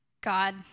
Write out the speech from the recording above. God